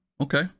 okay